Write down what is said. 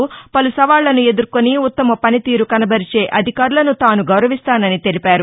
ులా పలు సవాళ్లను ఎదుర్కొని ఉత్తమ పనితీరు కనబరిచే అధికారులను తాను గౌరవిస్తానని తెలిపారు